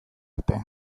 arte